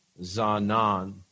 Zanan